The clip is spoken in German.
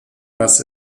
was